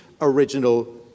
original